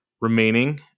remaining